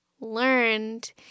learned